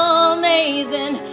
amazing